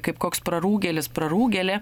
kaip koks prarūgėlis prarūgėlė